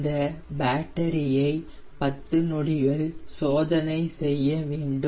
இந்த பேட்டரி ஐ 10 நொடிகள் சோதனை செய்ய வேண்டும்